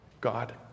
God